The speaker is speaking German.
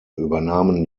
übernahmen